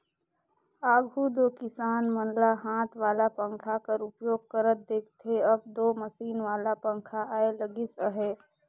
आघु दो किसान मन ल हाथ वाला पंखा कर उपयोग करत देखथे, अब दो मसीन वाला पखा आए लगिस अहे